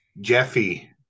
Jeffy